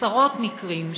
עשרות מקרים,